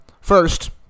First